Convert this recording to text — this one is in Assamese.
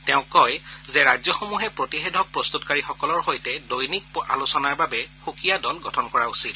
তেওঁ কয় যে ৰাজ্যসমূহে প্ৰতিষেধক প্ৰস্তুতকাৰীসকলৰ সৈতে দৈনিক আলোচনাৰ বাবে সুকীয়া দল গঠন কৰা উচিত